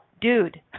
dude